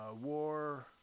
War